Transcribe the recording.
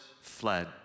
fled